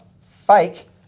fake